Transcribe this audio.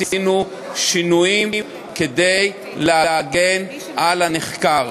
עשינו שינויים כדי להגן על הנחקר.